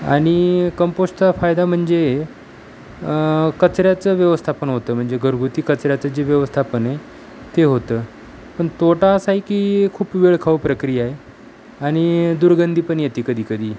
आणि कंपोस्टचा फायदा म्हणजे कचऱ्याचं व्यवस्थापन होतं म्हणजे घरगुती कचऱ्याचं जे व्यवस्थापन आहे ते होतं पण तोटा असा आहे की खूप वेळखाऊ प्रक्रिया आहे आणि दुर्गंधी पण येते कधी कधी